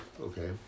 Okay